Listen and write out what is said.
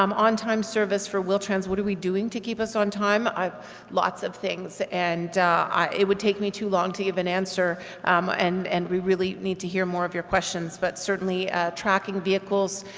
um on-time service for wheel-trans, what are we doing to keep us on time? i've lots of things and it would take me too long to give an answer um and and we really need to hear more of your questions, but certainly tracking vehicles,